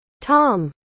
Tom